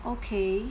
okay